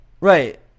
Right